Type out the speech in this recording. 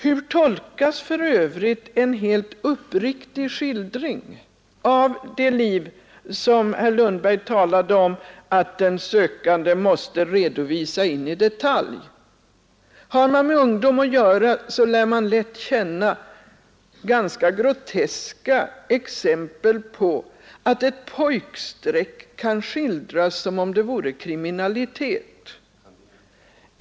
Hur tolkas för övrigt en helt uppriktig skildring — herr Lundberg erinrade här om att den sökande måste redovisa sitt liv in i detalj? Den som har med ungdomar att göra får ganska snart uppleva groteska exempel på att ett pojkstreck kan skildras som om det vore fråga om kriminalitet.